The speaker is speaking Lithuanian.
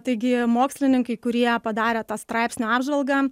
taigi mokslininkai kurie padarė tą straipsnio apžvalgą